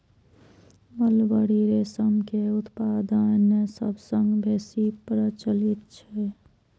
mulberry रेशम के उत्पादन सबसं बेसी प्रचलित छै